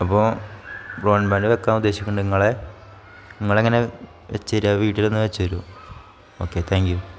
അപ്പോൾ ബ്രോഡ്ബാൻഡ് വെക്കാൻ ഉദ്ദേശിക്കുന്നുണ്ട് നിങ്ങൾ നിങ്ങളെങ്ങനെ വെച്ചു തരിക വീട്ടിൽ വന്ന് വെച്ചു തരുമോ ഓക്കെ താങ്ക് യൂ